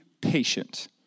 patient